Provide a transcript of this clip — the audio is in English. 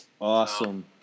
Awesome